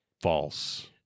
false